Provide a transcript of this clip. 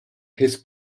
his